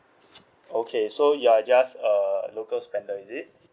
okay so you're just a local spender is it